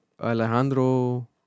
Alejandro